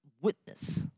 witness